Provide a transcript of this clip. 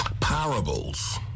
parables